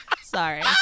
Sorry